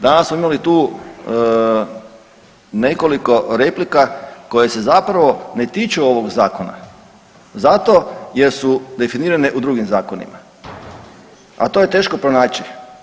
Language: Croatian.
Danas smo imali tu nekoliko replika koje se zapravo ne tiču ovog Zakona, zato jer su definirane u drugim Zakonima, a to je teško pronaći.